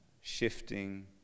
shifting